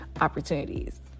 opportunities